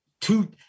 two